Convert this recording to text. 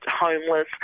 homeless